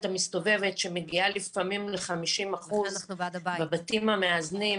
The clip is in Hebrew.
המסתובבת שמגיעה לפעמים ל-50% בבתים המאזנים,